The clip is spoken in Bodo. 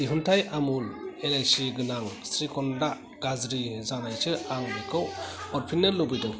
दिहुनथाइ आमुल एलाइसि गोनां श्रीखान्दआ गाज्रि जानायसो आं बेखौ हरफिन्नो लुबैदों